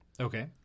okay